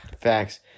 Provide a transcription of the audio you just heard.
Facts